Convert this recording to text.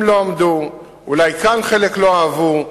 הזכיינים לא עמדו, אולי כאן חלק לא אהבו,